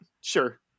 sure